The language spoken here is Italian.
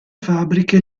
fabbriche